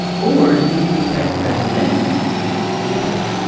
or did the hebrew text back then say something different?